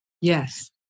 Yes